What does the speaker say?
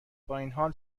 بااینحال